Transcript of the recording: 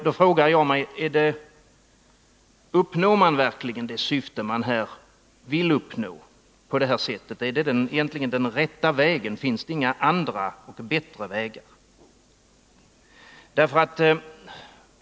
Då frågar jag mig: Uppnår man verkligen på detta sätt det syfte som man vill uppnå? Är det egentligen den rätta vägen? Finns det inga andra och bättre vägar?